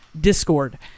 Discord